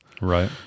Right